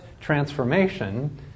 transformation